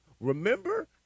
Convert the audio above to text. Remember